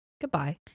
goodbye